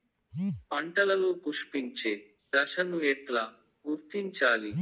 పంటలలో పుష్పించే దశను ఎట్లా గుర్తించాలి?